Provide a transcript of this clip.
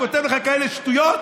הוא כותב לך כאלה שטויות?